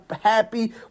happy